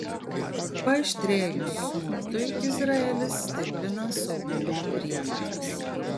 paaštrėjus smurtui izraelis stiprina saugumo priemones